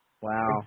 Wow